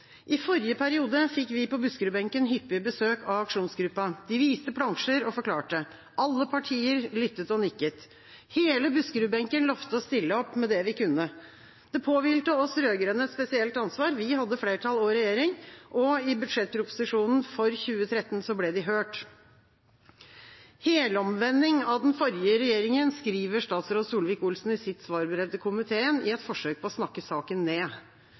I forrige periode fikk vi på Buskerud-benken hyppige besøk av aksjonsgruppa. De viste plansjer og forklarte. Alle partier lyttet og nikket. Hele Buskerud-benken lovte å stille opp med det vi kunne. Det påhvilte oss rød-grønne et spesielt ansvar. Vi hadde flertall og regjering, og i budsjettproposisjonen for 2013 ble de hørt. «Helomvending» av den forrige regjeringa, skriver statsråd Solvik-Olsen i sitt svarbrev til komiteen, i et forsøk på å snakke saken ned.